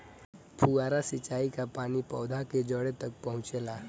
फुहारा सिंचाई का पानी पौधवा के जड़े तक पहुचे ला?